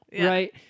right